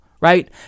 right